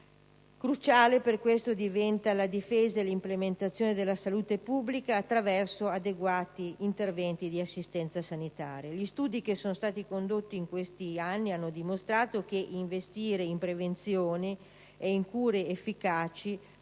Cruciale per questo diventa la difesa e l'implementazione della salute pubblica attraverso adeguati interventi di assistenza sanitaria. Gli studi condotti in questi anni hanno dimostrato che investire in prevenzione e in cure efficaci